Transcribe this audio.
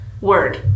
word